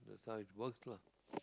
that's how it works lah